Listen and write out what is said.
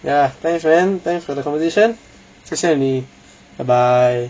ya thanks man thanks for the conversation 谢谢你 bye bye